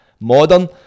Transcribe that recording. Modern